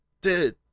dude